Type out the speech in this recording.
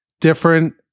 different